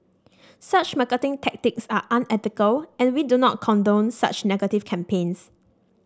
such marketing tactics are unethical and we do not condone such negative campaigns